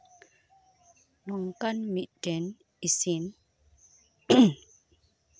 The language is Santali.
ᱱᱚᱝᱠᱟᱱ ᱢᱤᱫᱴᱮᱱ ᱤᱥᱤᱱ